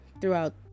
throughout